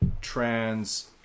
trans